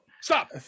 Stop